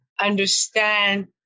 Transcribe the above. understand